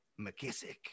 McKissick